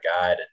guide